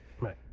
right